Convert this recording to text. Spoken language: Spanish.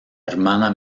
hermana